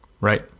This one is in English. Right